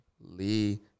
Lee